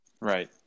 Right